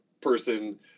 person